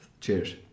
cheers